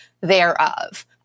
thereof